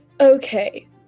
okay